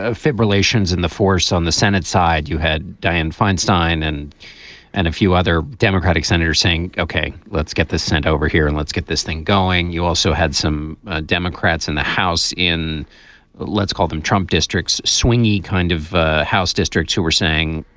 ah fibrillation in the force. on the senate side, you had dianne feinstein and and a few other democratic senators saying, okay, let's get this sent over here and let's get this thing going. you also had some democrats in the house in let's call them trump districts, swingy kind of house districts who were saying,